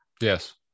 yes